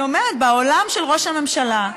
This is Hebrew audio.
אני אומרת, בעולם של ראש הממשלה,